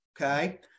Okay